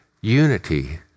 unity